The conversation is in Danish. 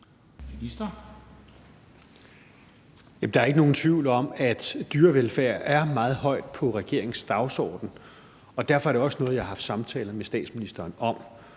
Der er ikke nogen tvivl om, at dyrevelfærd er meget højt på regeringens dagsorden, og derfor er det også noget, jeg har haft samtaler med statsministeren om.